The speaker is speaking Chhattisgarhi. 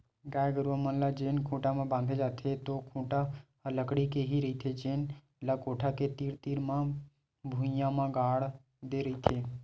गाय गरूवा मन ल जेन खूटा म बांधे जाथे ओ खूटा ह लकड़ी के ही रहिथे जेन ल कोठा के तीर तीर म भुइयां म गाड़ दे रहिथे